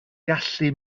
gallu